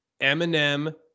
Eminem